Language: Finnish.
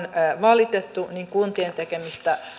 valitettu kuntien tekemistä